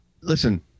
Listen